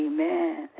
Amen